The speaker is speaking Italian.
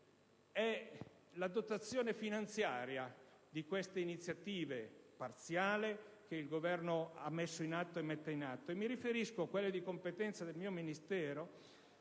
la dotazione finanziaria parziale delle iniziative che il Governo ha messo e mette in atto. Mi riferisco a quelle di competenza del mio Ministero,